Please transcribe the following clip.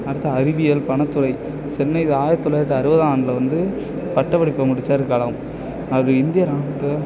அடுத்து அறிவியல் பணத்துறை சென்னையில் ஆயிரத்தி தொள்ளாயிரத்தி அறுபதாம் ஆண்டில் வந்து பட்டப்படிப்பை முடிச்சார் கலாம் அவர் இந்திய ராணுவத்தில்